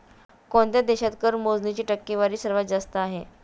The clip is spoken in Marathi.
कोणत्या देशात कर मोजणीची टक्केवारी सर्वात जास्त आहे?